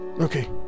Okay